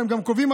אביתר.